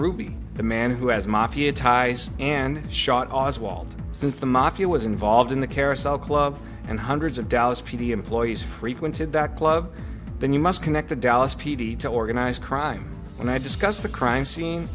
ruby the man who has mafia ties and shot oswald since the mafia was involved in the carousel club and hundreds of dallas p d employees frequented that club then you must connect the dallas p d to organized crime and i discussed the crime scene